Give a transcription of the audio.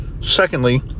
Secondly